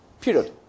Period